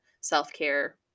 self-care